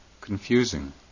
confusing